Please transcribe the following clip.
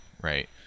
right